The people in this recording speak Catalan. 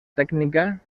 tècnica